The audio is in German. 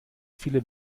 viele